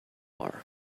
are